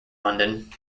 london